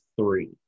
three